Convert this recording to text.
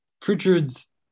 Pritchard's –